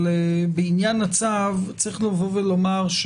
אבל בעניין הצו צריך לבוא ולומר,